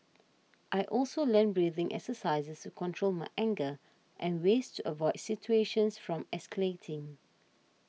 I also learnt breathing exercises to control my anger and ways to avoid situations from escalating